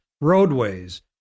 roadways